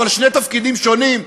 אבל שני תפקידים שונים.